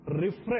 refresh